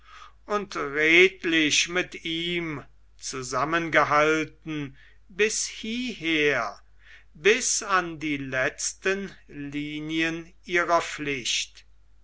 und redlich mit ihm zusammengehalten bis hieher bis an die letzten linien ihrer pflicht